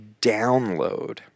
Download